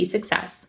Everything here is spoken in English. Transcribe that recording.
Success